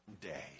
day